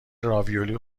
راویولی